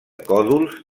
còdols